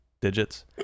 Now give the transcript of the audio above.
digits